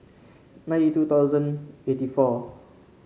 ninety two thousand eighty four